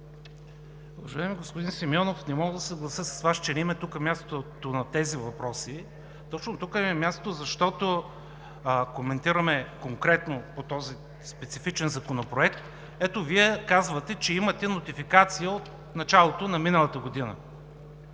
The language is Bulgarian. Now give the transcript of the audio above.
Уважаеми господин Симеонов, не мога да се съглася с Вас, че не им е мястото тук на тези въпроси. Точно тук им е мястото, защото коментираме конкретно по този специфичен Законопроект. Вие казвате, че имате нотификация от началото на миналата година.